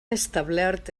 establert